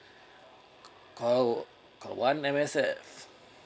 call call one M_S_F